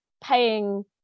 paying